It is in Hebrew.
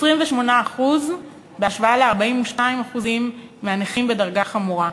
28% בהשוואה ל-42% מהנכים בדרגה חמורה.